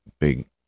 big